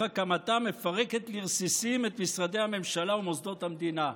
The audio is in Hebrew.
הקמתה מפרקת לרסיסים את משרדי הממשלה ומוסדות המדינה.